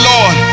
Lord